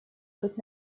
быть